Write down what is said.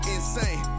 Insane